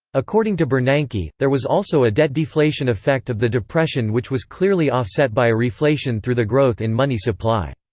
according to bernanke, there was also a debt-deflation effect of the depression which was clearly offset by a reflation through the growth in money supply.